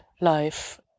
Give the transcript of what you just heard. life